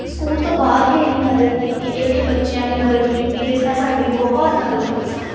school ਤੋਂ ਬਾਅਦ ਵੀ ਇੰਨੀ ਮਦਦ ਕੀਤੀ ਇੰਨੇ ਬੱਚਿਆਂ ਦੀ ਮਦਦ ਕੀਤੀ ਜਿਸ ਨਾਲ ਸਾਡੀ ਬਹੁਤ ਮਦਦ ਮਿਲੀ ਸਾਨੂੰ